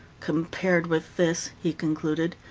compared with this, he concluded,